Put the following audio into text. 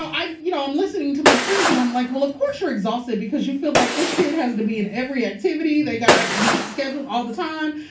i'm you know i'm listening to my friends and i'm like well, of course you're exhausted, because you feel like this kid has to be in every activity, they gotta be scheduled all the time.